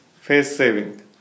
face-saving